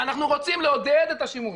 ואנחנו רוצים לעודד את השימוש.